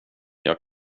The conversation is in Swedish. jag